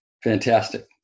Fantastic